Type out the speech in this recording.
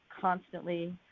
constantly